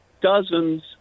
dozens